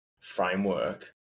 framework